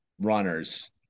runners